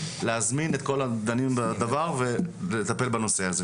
להזמין את כל הדנים בדבר ולטפל בנושא הזה,